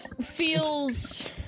feels